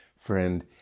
friend